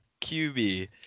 QB